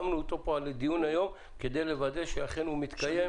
שמנו אותו פה לדיון היום כדי לוודא שאכן הוא מתקיים,